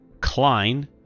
Klein